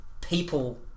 people